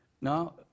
Now